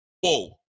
whoa